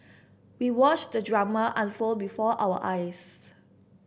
we watched the drama unfold before our eyes